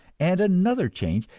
and another change,